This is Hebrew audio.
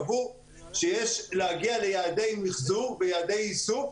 קבעו שיש להגיע ליעדי מיחזור ויעדי איסוף,